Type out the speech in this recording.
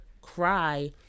cry